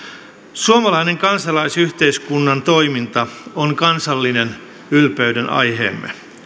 suomalainen kansalaisyhteiskunnan toiminta on kansallinen ylpeydenaiheemme